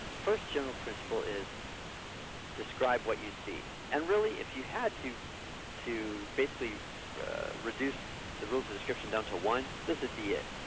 first general principle is describe what you see. and really, if you had to to basically reduce the rules of description down to one, this would be it.